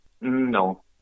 No